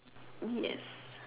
yes